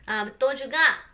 ah betul juga